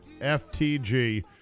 FTG